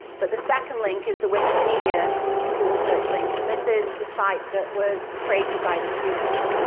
but the second link is the wikipedia google search link, and this is the site that was created by the students.